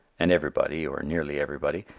and everybody, or nearly everybody,